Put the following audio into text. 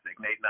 nate